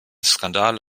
skandal